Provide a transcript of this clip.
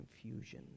confusion